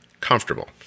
comfortable